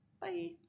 bye